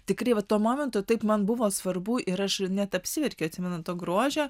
tikri tuo momentu taip man buvo svarbu ir aš net apsiverkė atsimenu to grožio